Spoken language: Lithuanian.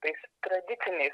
tais tradiciniais